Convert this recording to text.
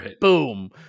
boom